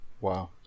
Wow